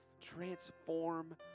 Transform